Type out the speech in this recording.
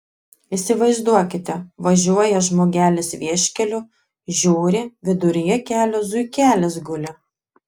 įsivaizduokite važiuoja žmogelis vieškeliu žiūri viduryje kelio zuikelis guli